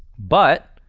but,